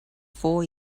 four